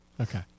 Okay